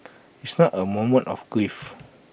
it's not A moment of grief